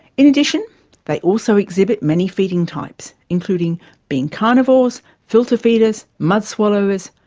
in addition they also exhibit many feeding types, including being carnivores, filter feeders, mud swallowers,